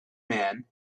man